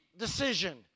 decision